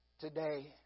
today